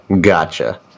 Gotcha